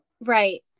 Right